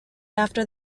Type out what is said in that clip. after